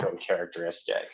characteristic